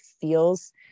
feels